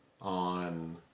On